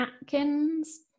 Atkins